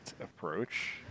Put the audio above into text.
approach